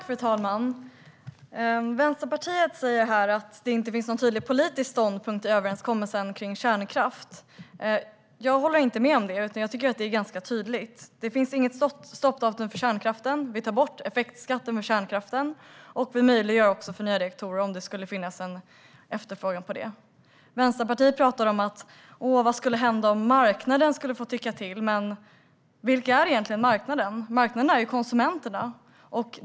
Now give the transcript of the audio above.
Fru talman! Vänsterpartiet säger att det inte finns någon tydlig politisk ståndpunkt i överenskommelsen om kärnkraft. Jag håller inte med om det, utan jag tycker att det är tydligt. Det finns inget stoppdatum för kärnkraften. Effektskatten för kärnkraften tas bort, och vi gör det möjligt för nya reaktorer om det skulle finnas en efterfrågan. Vänsterpartiet undrar vad som skulle hända om marknaden får tycka till. Men vilka är egentligen marknaden? Marknaden är konsumenterna.